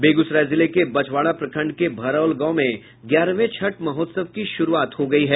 बेगूसराय जिले के बछवाड़ा प्रखंड के भरौल गांव में ग्यारहवें छठ महोत्सव की शुरूआत हो गयी है